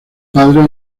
padre